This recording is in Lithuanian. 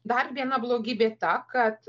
dar viena blogybė ta kad